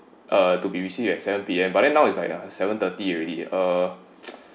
uh to be received at seven P_M but then now is like seven thirty already uh